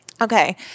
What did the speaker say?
Okay